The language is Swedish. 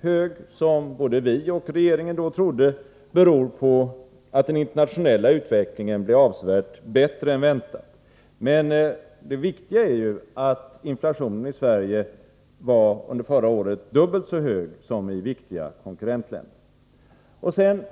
hög förra året som både vi och regeringen då trodde beror på att den internationella utvecklingen blev avsevärt bättre än väntat. Men det viktiga är ju att inflationen i Sverige under förra året var dubbelt så hög som i viktiga konkurrentländer.